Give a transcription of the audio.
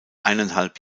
eineinhalb